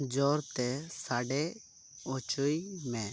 ᱡᱳᱨᱛᱮ ᱥᱟᱰᱮ ᱦᱚᱪᱚᱭ ᱢᱮ